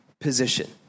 position